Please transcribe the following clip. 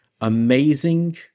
amazing